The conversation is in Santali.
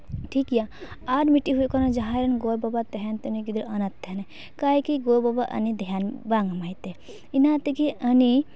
ᱴᱷᱤᱠ ᱜᱮᱭᱟ ᱟᱨ ᱢᱤᱫᱴᱤᱡ ᱦᱩᱭᱩᱜ ᱠᱟᱱᱟ ᱡᱟᱦᱟᱸᱭ ᱨᱮᱱ ᱜᱚᱼᱵᱟᱵᱟ ᱛᱟᱦᱮᱱ ᱛᱮ ᱩᱱᱤ ᱜᱤᱫᱽᱨᱟᱹ ᱚᱱᱟᱛᱷ ᱛᱟᱦᱮᱱᱟᱭ ᱠᱟᱭᱜᱮ ᱜᱚᱼᱵᱟᱵᱟ ᱩᱱᱤ ᱫᱷᱮᱭᱟᱱ ᱵᱟᱭ ᱮᱢᱟᱭ ᱛᱮ ᱤᱱᱟᱹ ᱛᱮᱜᱮ ᱩᱱᱤ